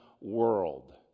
world